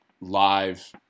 live